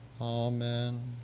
Amen